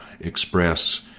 express